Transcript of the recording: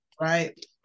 right